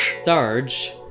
Sarge